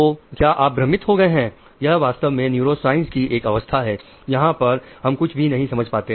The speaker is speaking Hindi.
तो क्या आप भ्रमित हो गए हैं यह वास्तव में न्यूरोसाइंस की एक अवस्था है यहां पर हम कुछ भी नहीं समझ पाते